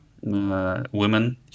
Women